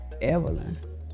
Evelyn